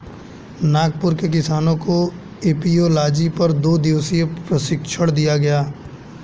नागपुर के किसानों को एपियोलॉजी पर दो दिवसीय प्रशिक्षण दिया गया